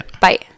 Bye